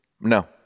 No